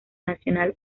nacional